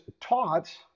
taught